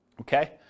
Okay